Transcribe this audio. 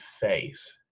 face